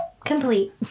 Complete